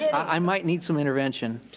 i might need some intervention.